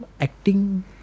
acting